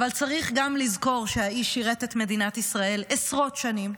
אבל צריך גם לזכור שהאיש שירת את מדינת ישראל עשרות שנים,